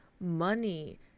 money